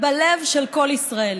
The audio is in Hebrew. בלב של כל ישראלי,